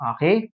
Okay